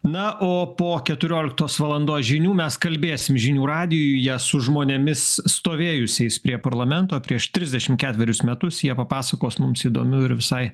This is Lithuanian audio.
na o po keturioliktos valandos žinių mes kalbėsim žinių radijuje su žmonėmis stovėjusiais prie parlamento prieš trisdešimt ketverius metus jie papasakos mums įdomių ir visai